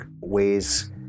ways